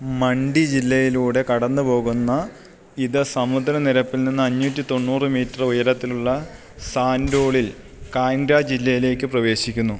മണ്ഡി ജില്ലയിലൂടെ കടന്നുപോകുന്ന ഇത് സമുദ്രനിരപ്പിൽ നിന്ന് അഞ്ഞൂറ്റിതൊണ്ണൂറ് മീറ്റർ ഉയരത്തിലുള്ള സാൻഡോളിൽ കാൻഗ്ര ജില്ലയിലേക്ക് പ്രവേശിക്കുന്നു